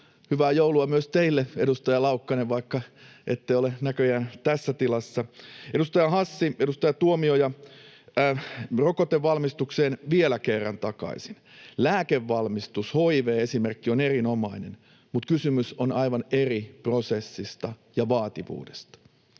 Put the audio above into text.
Hyvää joulua myös teille, edustaja Laukkanen, vaikka ette ole näköjään tässä tilassa. Edustaja Hassi, edustaja Tuomioja — rokotevalmistukseen vielä kerran takaisin: Lääkevalmistuksesta HIV-esimerkki on erinomainen, mutta kysymys on aivan eri prosessista ja vaativuudesta.